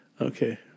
Okay